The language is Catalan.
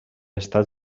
estat